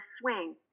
swing